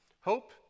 Hope